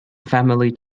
family